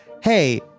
Hey